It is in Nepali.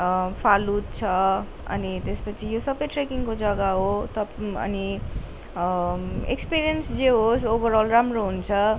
फालुट छ अनि त्यसपछि यो सबै ट्रेकिङको जग्गा हो तब अनि एक्सपिरिएन्स जे होस् ओभरअल राम्रो हुन्छ